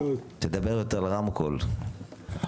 הרבה דברים ויקדם את הנושא של הבריאות,